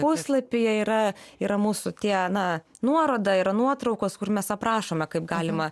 puslapyje yra yra mūsų tie na nuoroda yra nuotraukos kur mes aprašome kaip galima